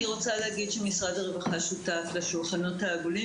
אני רוצה להגיד שמשרד הרווחה שותף לשולחנות העגולים